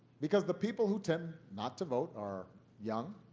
because the people who tend not to vote are young